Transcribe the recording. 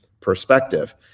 perspective